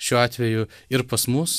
šiuo atveju ir pas mus